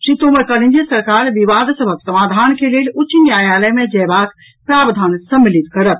श्री तोमर कहलनि जे सरकार विवाद सभक समाधानक लेल उच्च न्यायालय मे जयबाक प्रावधान सम्मिलित करत